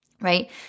right